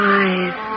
eyes